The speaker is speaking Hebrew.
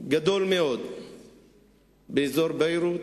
גדול מאוד באזור ביירות,